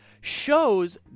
shows